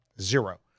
Zero